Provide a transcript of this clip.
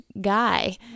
guy